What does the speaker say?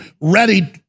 ready